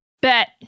Bet